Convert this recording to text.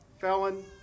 felon